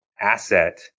asset